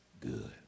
good